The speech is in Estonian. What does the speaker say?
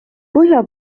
põhja